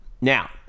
Now